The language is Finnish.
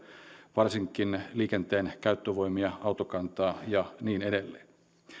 varsinkin liikenteen käyttövoimia autokantaa ja niin edelleen